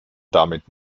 damit